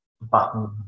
button